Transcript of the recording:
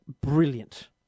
brilliant